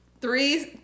Three